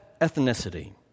ethnicity